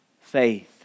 faith